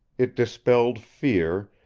it dispelled fear,